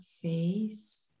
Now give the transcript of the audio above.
face